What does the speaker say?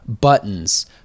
buttons